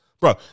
Bro